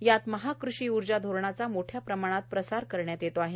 यात महाकृषी ऊर्जा धोरणाचा मोठ्या प्रमाणात प्रसार करण्यात येत आहे